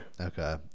okay